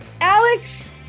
Alex